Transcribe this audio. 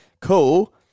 cool